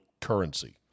currency